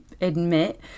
admit